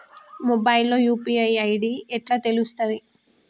Mobile లో UPI ID ఎట్లా తెలుస్తది?